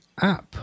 app